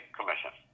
Commission